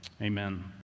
Amen